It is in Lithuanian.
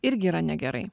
irgi yra negerai